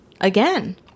again